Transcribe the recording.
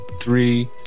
three